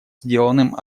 сделанным